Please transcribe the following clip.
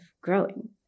growing